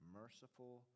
merciful